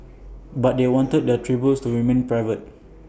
but they wanted their tributes to remain private